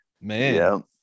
Man